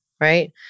right